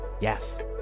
Yes